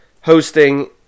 hosting